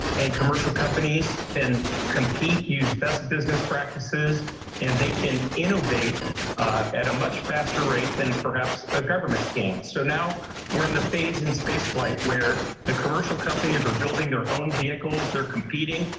and commercial companies can compete use best business practices and they can innovate at a much faster rate than perhaps a government keen so now we're in the phase in space flight where the commercial companies are building their own vehicles, they're competing.